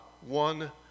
one